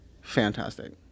fantastic